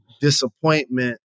disappointment